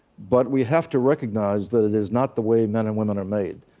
but we have to recognize that it is not the way men and women are made.